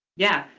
yeah.